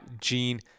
gene